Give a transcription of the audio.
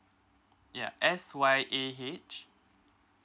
ya S Y A H